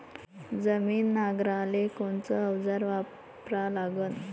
जमीन नांगराले कोनचं अवजार वापरा लागन?